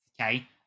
okay